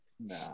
Nah